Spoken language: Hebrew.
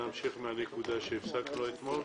נמשיך מהנקודה שבה הפסקנו אתמול.